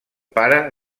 pare